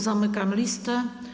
Zamykam listę.